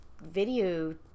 video